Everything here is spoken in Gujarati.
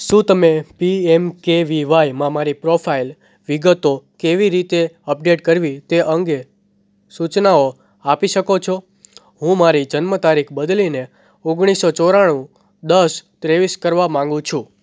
શું તમે P M K V Y માં મારી પ્રોફાઇલ વિગતો કેવી રીતે અપડેટ કરવી તે અંગે સૂચનાઓ આપી શકો છો હું મારી જન્મ તારીખ બદલીને ઓગણીસો ચોરાણું દસ ત્રેવીસ કરવા માંગુ છું